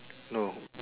no